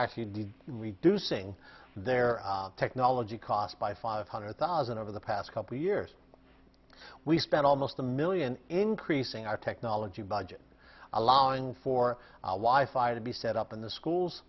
actually reducing their technology cost by five hundred thousand over the past couple years we spent almost a million increasing our technology budget allowing for why five to be set up in the schools